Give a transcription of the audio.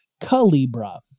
Calibra